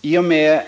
I och med